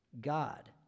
God